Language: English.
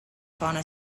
fauna